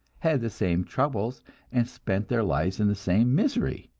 had the same troubles and spent their lives in the same misery.